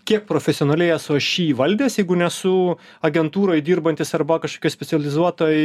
kiek profesionali esu aš jį įvaldęs jeigu nesu agentūroj dirbantis arba kažkokiojspecializuotoj